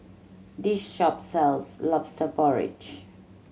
this shop sells Lobster Porridge